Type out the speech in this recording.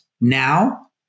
now